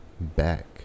back